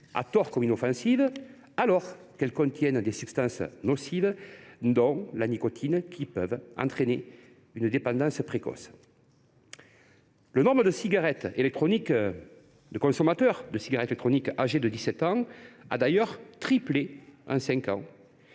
à tort comme inoffensives, alors qu’elles contiennent des substances nocives, notamment la nicotine, qui peuvent entraîner une dépendance précoce. Le nombre de consommateurs de cigarette électroniques âgés de 17 ans a d’ailleurs triplé en cinq